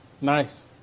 Nice